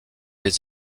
les